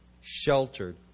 sheltered